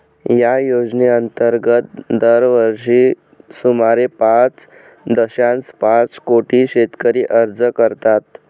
या योजनेअंतर्गत दरवर्षी सुमारे पाच दशांश पाच कोटी शेतकरी अर्ज करतात